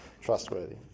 trustworthy